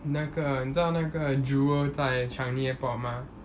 那个你知道那个 jewel 在 changi airport 吗